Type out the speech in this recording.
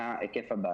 מה היקף הבעיה.